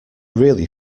really